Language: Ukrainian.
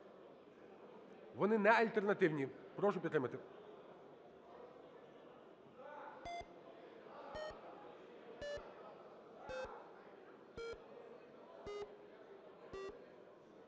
Вони неальтернативні. Прошу підтримати.